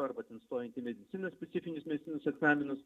arba ten stojant į medicininius specifinius medicininius egzaminus